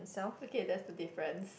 okay that's the difference